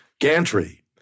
gantry